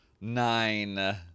Nine